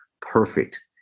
perfect